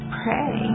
pray